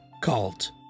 cult